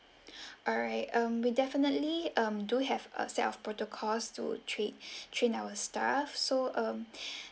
alright um we definitely um do have a set of protocols to train train our staff so um